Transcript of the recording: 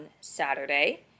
Saturday